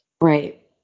Right